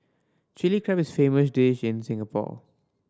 Chilli Crab is a famous dish in Singapore